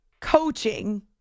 coaching